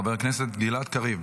חבר הכנסת גלעד קריב.